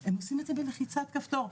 הם עושים את זה בלחיצת כפתור,